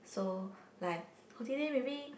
so like holiday maybe